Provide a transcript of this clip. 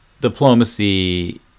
diplomacy